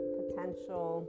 potential